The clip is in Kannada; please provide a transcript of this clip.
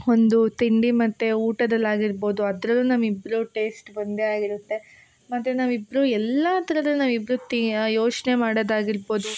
ಒಂದು ತಿಂಡಿ ಮತ್ತು ಊಟದಲ್ಲಿ ಆಗಿರ್ಬೋದು ಅದ್ರಲ್ಲೂ ನಮ್ಮಿಬ್ರ ಟೇಸ್ಟ್ ಒಂದೇ ಆಗಿರುತ್ತೆ ಮತ್ತು ನಾವಿಬ್ರೂ ಎಲ್ಲ ಥರದಲ್ಲೂ ನಾವಿಬ್ರೂ ತಿ ಯೋಚನೆ ಮಾಡೋದ್ ಆಗಿರ್ಬೋದು